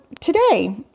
today